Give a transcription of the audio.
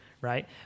Right